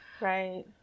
Right